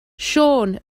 siôn